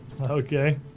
Okay